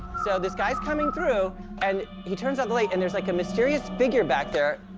so this guy's coming through and he turns on the light and there's like a mysterious figure back there.